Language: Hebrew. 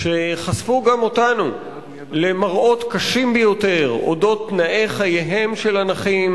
שחשפו גם אותנו למראות קשים ביותר על אודות תנאי חייהם של הנכים